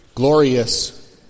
Glorious